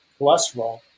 cholesterol